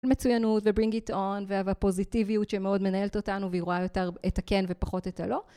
מצוינות ו-bring it on והפוזיטיביות שמאוד מנהלת אותנו והיא רואה יותר את הכן ופחות את הלא.